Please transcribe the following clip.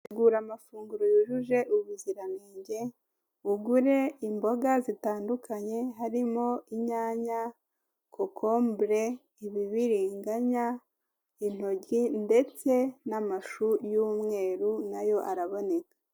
Tegura amafunguro yujuje ubuziranenge ugure imboga zitandukanye harimo inyanya, kokombure, ibibiringanya, intoryi ndetse n'amashu y'umweru nayo araboneka.